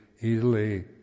easily